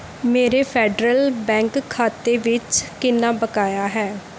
ਮੇਰੇ ਫੈਡਰਲ ਬੈਂਕ ਖਾਤੇ ਵਿੱਚ ਕਿੰਨਾ ਬਕਾਇਆ ਹੈ